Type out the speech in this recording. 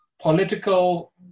political